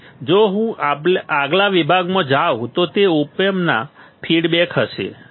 તેથી જો હું આગલા વિભાગમાં જાઉં તો તે ઓપ એમ્પમાં ફીડબેક હશે